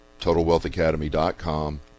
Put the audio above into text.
TotalWealthAcademy.com